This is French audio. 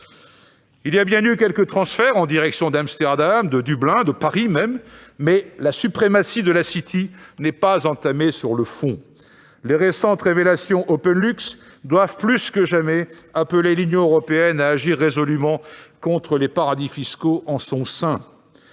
Il y a bien eu quelques transferts en direction d'Amsterdam, de Dublin et même de Paris, mais la suprématie de la City n'est pas entamée sur le fond. Les récentes révélations OpenLux doivent, plus que jamais, appeler l'Union européenne à agir résolument contre les paradis fiscaux en son sein.